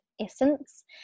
essence